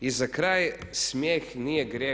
I za kraj, smijeh nije grijeh.